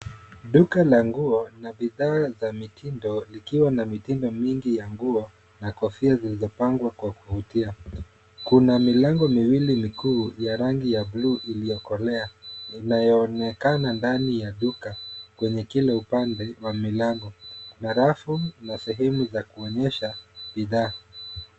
Duka la nguo na bidhaa za mitindo likiwa na mitindo mingi ya nguo na kofia zilizopangwa kwa kuvutia. Kuna milango miwili mikuu ya rangi ya buluu iliyokolea, inayoonekana ndani ya duka kwenye kila upande wa milango, na rafu na sehemu za kuonesha bidhaa.